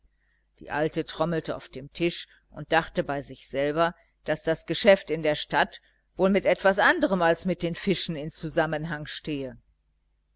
die alte trommelte auf dem tisch und dachte bei sich selber daß das geschäft in der stadt wohl mit etwas anderm als mit den fischen in zusammenhang stehe